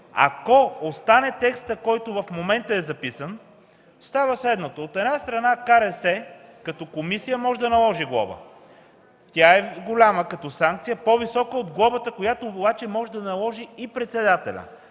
Ако остане текстът, който в момента е записан, става следното: КРС като комисия може да наложи глоба, тя е голяма като санкция, по-висока от глобата, която обаче може да наложи и председателят.